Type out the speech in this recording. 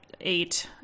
eight